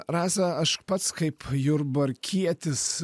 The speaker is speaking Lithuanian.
rasa aš pats kaip jurbarkietis